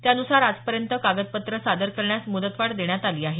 त्यानुसार आजपर्यंत कागदपत्र सादर करण्यास मुदतवाढ देण्यात आली आहे